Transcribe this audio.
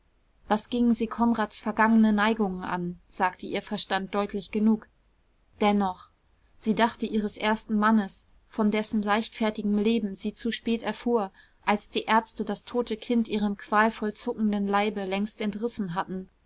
was gingen sie konrads vergangene neigungen an sagte ihr verstand deutlich genug dennoch sie dachte ihres ersten mannes von dessen leichtfertigem leben sie zu spät erfuhr als die ärzte das tote kind ihrem qualvoll zuckenden leibe längst entrissen hatten